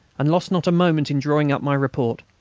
and lost not a moment in drawing up my report.